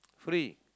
free